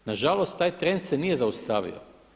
Na žalost taj trend se nije zaustavio.